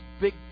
big